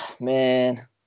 man